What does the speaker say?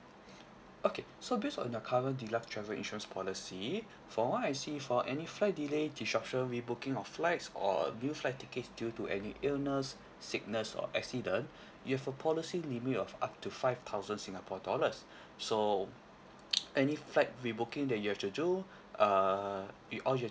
okay so based on your current deluxe travel insurance policy from what I see for any flight delay restructure re-booking of flights or new flight tickets due to any illness sickness or accident you have a policy limit of up to five thousand singapore dollars so any flight re-booking that you have to do uh we all you have